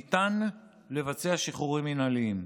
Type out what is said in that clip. ניתן לבצע שחרורים מינהליים.